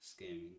scamming